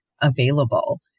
available